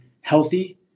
healthy